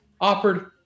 offered